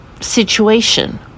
situation